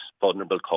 Vulnerable